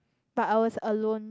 but I was alone